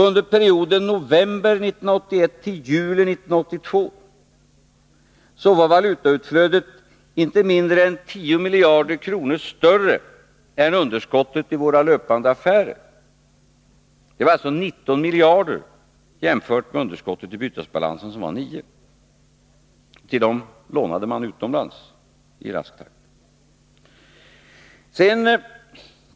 Under perioden november 1981 till juli 1982 var valutautflödet inte mindre än 10 miljarder kronor större än underskottet i våra löpande affärer — det var alltså 19 miljarder, jämfört med underskottet i bytesbalansen som var 9 miljarder. Till dem lånade man utomlands i rask takt.